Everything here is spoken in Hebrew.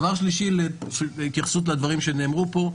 דבר שלישי הוא התייחסות לדברים שנאמרו פה.